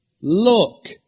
Look